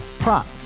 Prop